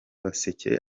gaseke